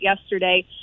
yesterday